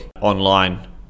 online